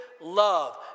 love